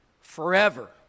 forever